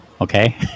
Okay